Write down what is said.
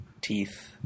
teeth